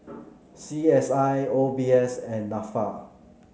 C S I O B S and NAFA